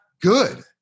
good